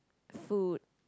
food